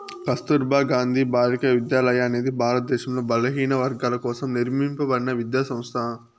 కస్తుర్బా గాంధీ బాలికా విద్యాలయ అనేది భారతదేశంలో బలహీనవర్గాల కోసం నిర్మింపబడిన విద్యా సంస్థ